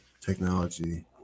Technology